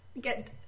get